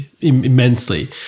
immensely